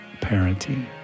parenting